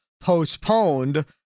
postponed